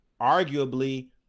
Arguably